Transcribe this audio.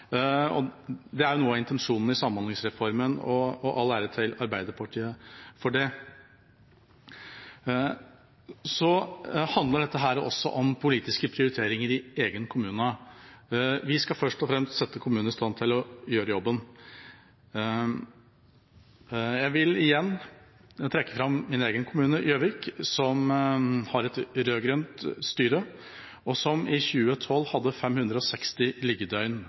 Det er jo noe av intensjonen i Samhandlingsreformen, og all ære til Arbeiderpartiet for det. Så handler dette også om politiske prioriteringer i egen kommune. Vi skal først og fremst sette kommunene i stand til å gjøre jobben. Jeg vil igjen trekke fram min egen kommune, Gjøvik, som har et rød-grønt styre, og som i 2012 hadde 560 liggedøgn